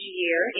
year